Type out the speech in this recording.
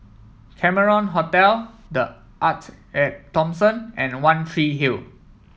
Cameron Hotel The Arte At Thomson and One Tree Hill